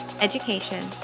education